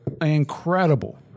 incredible